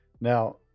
Now